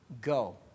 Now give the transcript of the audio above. Go